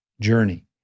journey